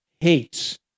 hates